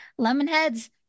Lemonheads